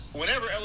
whenever